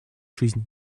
жизнь